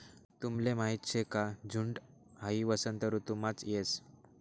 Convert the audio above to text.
तुमले माहीत शे का झुंड हाई वसंत ऋतुमाच येस